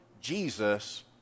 Jesus